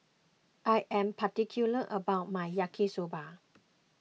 I am particular about my Yaki Soba